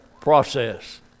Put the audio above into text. process